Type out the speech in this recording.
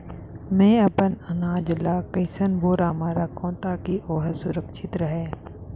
मैं अपन अनाज ला कइसन बोरा म रखव ताकी ओहा सुरक्षित राहय?